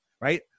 right